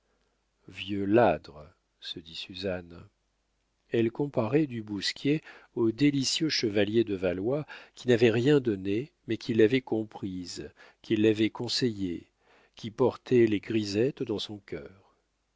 vieux ladre se dit suzanne elle comparait du bousquier au délicieux chevalier de valois qui n'avait rien donné mais qui l'avait comprise qui l'avait conseillée et qui portait les grisettes dans son cœur